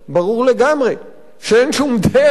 ברור לגמרי שאין שום דרך